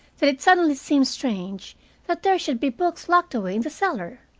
that it suddenly seemed strange that there should be books locked away in the cellar.